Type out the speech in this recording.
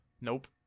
nope